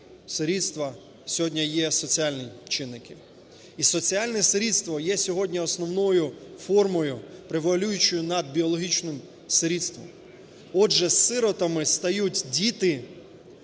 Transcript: сирітства сьогодні є соціальні чинники, і соціальне сирітство є сьогодні основною формою, превалюючою над біологічним сирітством. Отже, сиротами стають діти,